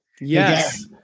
Yes